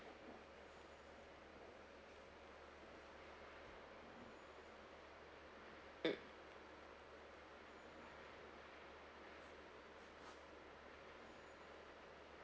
mm